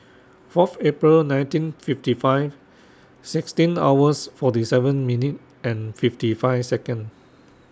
Fourth April nineteen fifty five sixteen hours forty seven minute and fifty five Second